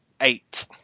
eight